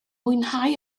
mwynhau